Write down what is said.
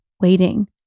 waiting